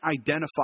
identify